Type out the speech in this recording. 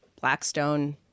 Blackstone